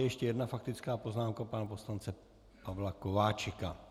Ještě jedna faktická poznámka pana poslance Pavla Kováčika.